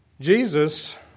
Jesus